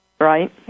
Right